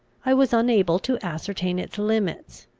i was unable to ascertain its limits,